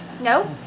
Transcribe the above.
no